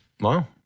Wow